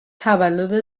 تولد